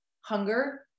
hunger